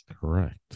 correct